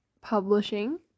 publishing